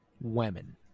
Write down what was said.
women